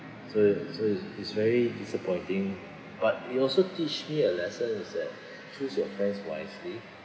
so so it's very disappointing but it also teach me a lesson is that choose your friends wisely